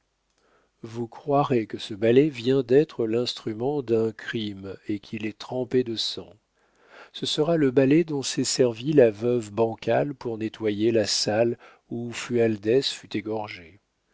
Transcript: vous croirez que ce balai vient d'être l'instrument d'un crime et qu'il est trempé de sang ce sera le balai dont s'est servie la veuve bancal pour nettoyer la salle où fualdès fut égorgé